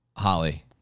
Holly